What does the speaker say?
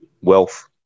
wealth